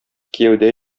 кияүдә